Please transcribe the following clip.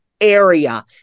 area